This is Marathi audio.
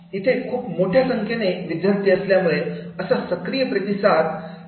इथे खूप मोठ्या संख्येने विद्यार्थी असल्यामुळे असा सक्रिय प्रतिसाद इथे मिळत नाही